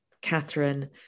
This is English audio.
catherine